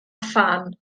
phan